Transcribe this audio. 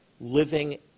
living